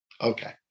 okay